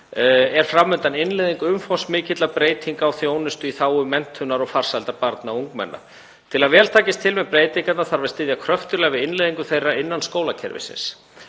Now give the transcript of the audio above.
er fram undan innleiðing umfangsmikilla breytinga á þjónustu í þágu menntunar og farsældar barna og ungmenna. Til að vel takist til við breytingarnar þarf að styðja kröftuglega við innleiðingu þeirra innan skólakerfisins.